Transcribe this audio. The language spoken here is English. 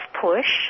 push